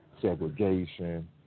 segregation